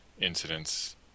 incidents